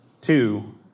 two